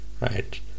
Right